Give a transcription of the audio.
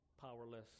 powerless